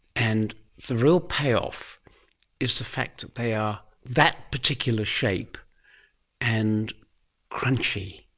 and the real payoff is the fact that they are that particular shape and crunchy,